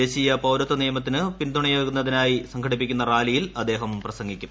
ദേശീയ പൌരത്വ നിയമത്തിന് പിന്തുണയേകുന്നതിനായി സംഘടിപ്പിക്കുന്ന റാലിയിൽ അദ്ദേഹം പ്രസംഗിക്കും